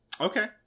okay